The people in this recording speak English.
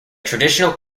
traditional